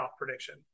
prediction